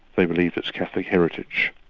they believed, its catholic heritage?